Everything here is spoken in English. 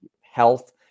health